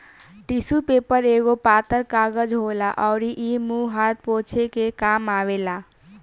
tissue paper एगो पातर कागज होला अउरी इ मुंह हाथ पोछे के काम आवेला